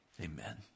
Amen